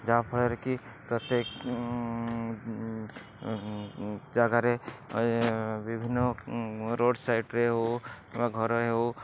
ଯାହାଫଳରେ କି ପ୍ରତ୍ୟେକ ଜାଗାରେ ବିଭିନ୍ନ ରୋଡ଼୍ ସାଇଡ଼୍ରେ ହେଉ କିମ୍ବା ଘରେ ହେଉ